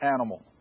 animal